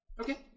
Okay